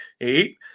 eight